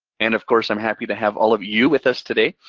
and of course, i'm happy to have all of you with us today.